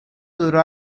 duró